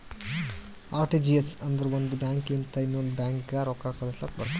RTGS ಅಂದುರ್ ಒಂದ್ bank ಲಿಂತ ಇನ್ನೊಂದ್ ಬ್ಯಾಂಕ್ಗ ರೊಕ್ಕಾ ಕಳುಸ್ಲಾಕ್ ಬರ್ತುದ್